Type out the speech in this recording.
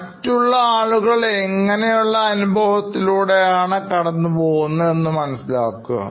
മറ്റുള്ള ആളുകൾ എങ്ങനെയുള്ളഅനുഭവത്തിലൂടെ ആണ് കടന്നു പോകുന്നത് എന്ന് മനസ്സിലാക്കുക